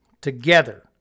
together